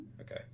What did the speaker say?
okay